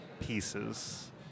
pieces